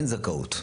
אין זכאות.